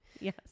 Yes